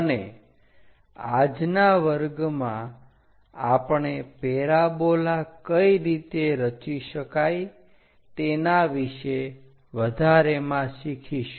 અને આજના વર્ગમાં આપણે પેરાબોલા કઈ રીતે રચી શકાય તેના વિષે વધારેમાં શિખીશું